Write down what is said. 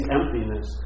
emptiness